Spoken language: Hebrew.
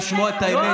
לשמוע את האמת.